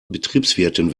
betriebswirtin